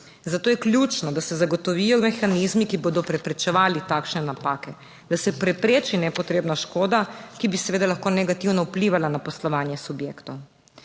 Zato je ključno, da se zagotovijo mehanizmi, ki bodo preprečevali takšne napake, da se prepreči nepotrebna škoda. ki bi seveda lahko negativno vplivala na poslovanje subjektov.